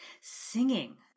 singing